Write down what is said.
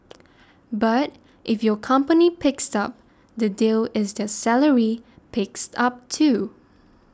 but if your company picks up the deal is their salary picks up too